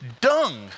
dung